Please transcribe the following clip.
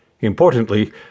Importantly